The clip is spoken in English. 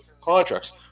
contracts